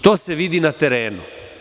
To se vidi na terenu.